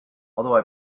although